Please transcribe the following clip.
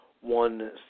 one